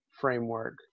framework